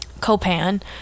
copan